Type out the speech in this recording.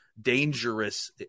dangerous